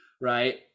right